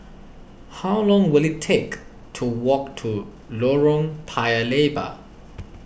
how long will it take to walk to Lorong Paya Lebar